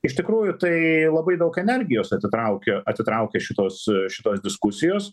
iš tikrųjų tai labai daug energijos atitraukia atitraukė šitos šitos diskusijos